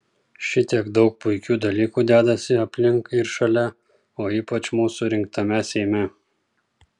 šitiek daug puikių dalykų dedasi aplink ir šalia o ypač mūsų rinktame seime